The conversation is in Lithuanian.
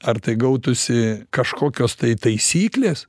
ar tai gautųsi kažkokios tai taisyklės